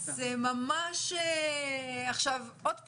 עוד פעם,